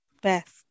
Beth